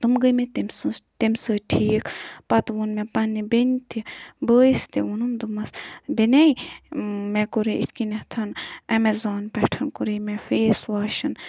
تم گٔے مےٚ تمہِ تمہِ سٕنٛز تمہِ سۭتۍ ٹھیٖک پَتہٕ ووٚن مےٚ پنٛنہِ بیٚنہِ تہِ بٲیِس تہِ ووٚنُم دوٚپمَس بیٚنے مےٚ کوٚرے اِتھ کٮ۪نتھَن اٮ۪مزان پٮ۪ٹھ کوٚرے مےٚ فیس واشَن